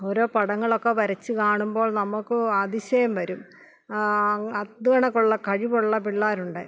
ഓരോ പടങ്ങളൊക്കെ വരച്ചു കാണുമ്പോൾ നമ്മൾക്കു അതിശയം വരും അത് കണക്കുള്ള കഴിവുള്ള പിള്ളാരെ കൊണ്ട്